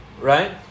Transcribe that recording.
right